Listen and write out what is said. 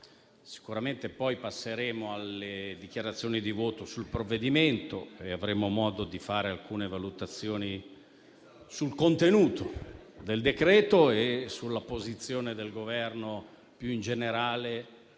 Sicuramente poi passeremo alle dichiarazioni di voto sul provvedimento e avremo modo di fare alcune valutazioni sul contenuto del decreto-legge e sulla posizione del Governo più in generale